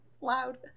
Loud